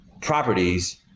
properties